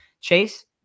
Chase